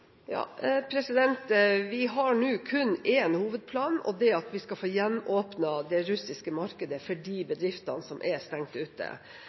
Vi har nå kun én hovedplan, og det er at vi skal få gjenåpnet det russiske markedet for de bedriftene som er stengt ute.